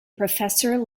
professor